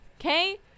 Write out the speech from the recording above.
okay